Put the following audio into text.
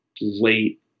late